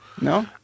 No